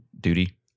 duty